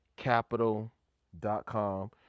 Capital.com